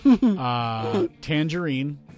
Tangerine